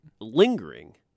lingering